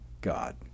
God